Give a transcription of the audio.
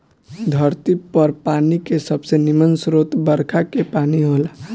धरती पर पानी के सबसे निमन स्रोत बरखा के पानी होला